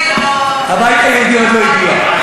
הבית היהודי עוד לא הגיע.